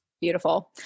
Beautiful